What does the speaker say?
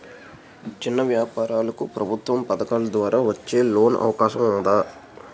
చిన్న వ్యాపారాలకు ప్రభుత్వం పథకాల ద్వారా వచ్చే లోన్ అవకాశం ఉందా?